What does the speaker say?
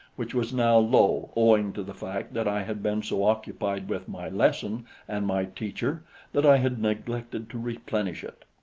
which was now low, owing to the fact that i had been so occupied with my lesson and my teacher that i had neglected to replenish it.